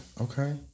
Okay